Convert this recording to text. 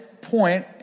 point